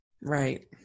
Right